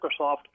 Microsoft